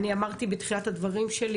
אני אמרתי בתחילת הדברים שלי,